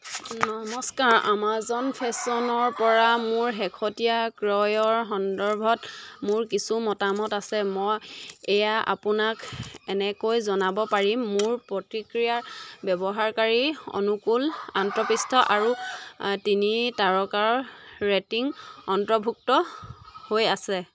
নমস্কাৰ আমাজন ফেশ্বনৰ পৰা মোৰ শেহতীয়া ক্ৰয়ৰ সন্দৰ্ভত মোৰ কিছু মতামত আছে মই এয়া আপোনাক এনেকৈ জনাব পাৰিম মোৰ প্ৰতিক্ৰিয়াত ব্যৱহাৰকাৰী অনুকূল আন্তঃপৃষ্ঠ আৰু তিনি তাৰকাৰ ৰেটিং অন্তৰ্ভুক্ত হৈ আছে